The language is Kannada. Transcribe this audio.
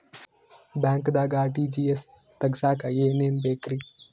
ಬ್ಯಾಂಕ್ದಾಗ ಆರ್.ಟಿ.ಜಿ.ಎಸ್ ತಗ್ಸಾಕ್ ಏನೇನ್ ಬೇಕ್ರಿ?